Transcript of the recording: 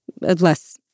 less